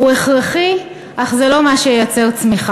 הוא הכרחי, אך זה לא מה שייצר צמיחה.